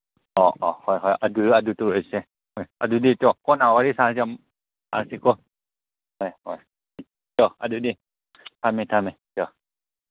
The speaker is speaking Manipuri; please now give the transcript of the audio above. ꯑꯣ ꯑꯣ ꯍꯣꯏ ꯍꯣꯏ ꯑꯗꯨꯗ ꯑꯗꯨ ꯇꯧꯔꯁꯦ ꯍꯣꯏ ꯑꯗꯨꯗꯤ ꯏꯇꯥꯎ ꯀꯣꯟꯅ ꯋꯥꯔꯤ ꯁꯥꯔꯁꯦ ꯁꯥꯔꯁꯦꯀꯣ ꯍꯣꯏ ꯍꯣꯏ ꯆꯣ ꯑꯗꯨꯗꯤ ꯊꯝꯃꯦ ꯊꯝꯃꯦ ꯆꯣ